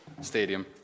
stadium